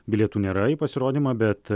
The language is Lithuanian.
bilietų nėra į pasirodymą bet